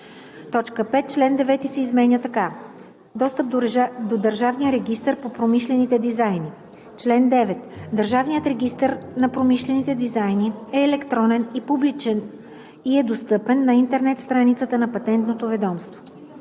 5. Член 9 се изменя така: „Достъп до Държавния регистър на промишлените дизайни Чл. 9. Държавният регистър на промишлените дизайни е електронен и публичен и е достъпен на интернет страницата на Патентното ведомство.“